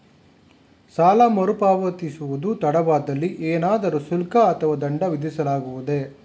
ಸಾಲ ಮರುಪಾವತಿಸುವುದು ತಡವಾದಲ್ಲಿ ಏನಾದರೂ ಶುಲ್ಕ ಅಥವಾ ದಂಡ ವಿಧಿಸಲಾಗುವುದೇ?